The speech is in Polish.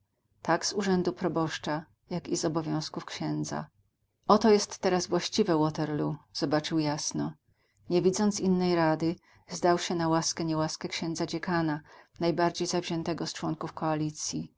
tak z urzędu proboszcza jak i z obowiązków księdza oto jest teraz właściwe waterloo zobaczył jasno nie widząc innej rady zdał się na łaskę niełaskę księdza dziekana najbardziej zawziętego z członków koalicji